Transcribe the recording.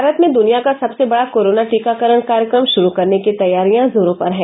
भारत में दुनिया का सबसे बड़ा कोरोना टीकाकरण कार्यक्रम शुरु करने की तैयारियां जोरों पर है